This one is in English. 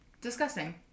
Disgusting